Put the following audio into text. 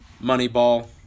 Moneyball